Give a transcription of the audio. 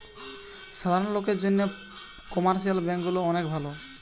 সাধারণ লোকের জন্যে কমার্শিয়াল ব্যাঙ্ক গুলা অনেক ভালো